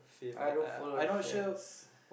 I don't follow trends